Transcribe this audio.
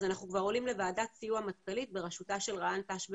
אז אנחנו כבר עולים לוועדת סיוע מטכ"לית בראשותה של ראשת ענף תנאי שירות